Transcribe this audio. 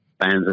fans